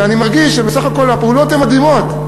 ואני מרגיש שבסך הכול הפעולות הן מדהימות,